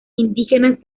indígenas